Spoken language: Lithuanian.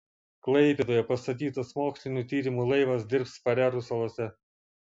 klaipėdoje pastatytas mokslinių tyrimų laivas dirbs farerų salose